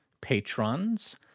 patrons